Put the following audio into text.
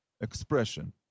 expression